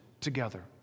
together